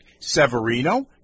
Severino